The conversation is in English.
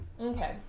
Okay